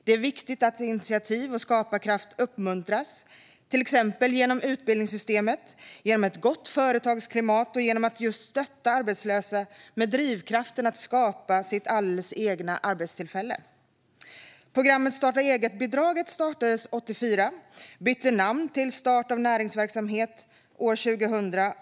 Det är viktigt att initiativ och skaparkraft uppmuntras, till exempel genom utbildningssystemet, genom ett gott företagsklimat och genom att just stötta arbetslösa med drivkraften att skapa sitt alldeles egna arbetstillfälle. Programmet Starta eget-bidraget startades 1984 och bytte namn till Stöd till start av näringsverksamhet år 2000.